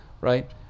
right